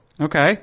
Okay